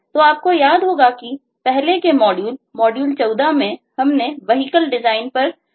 तो आपको याद होगा कि पहले के मॉड्यूल मॉड्यूल 14 में हमने Vehicle डिजाइन पर चर्चा की थी